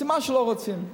סימן שלא רוצים,